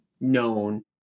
known